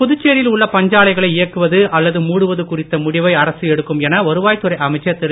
புதுச்சேரியில் உள்ள பஞ்சாலைகளை இயக்குவது அல்லது மூடுவது குறித்த முடிவை அரசு எடுக்கும் என வருவாய்த் துறை அமைச்சர் திரு